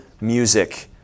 music